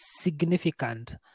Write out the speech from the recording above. significant